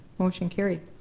motion carried.